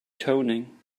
toning